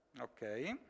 Okay